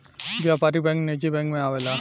व्यापारिक बैंक निजी बैंक मे आवेला